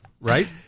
Right